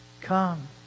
Come